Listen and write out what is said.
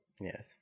Yes